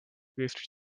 with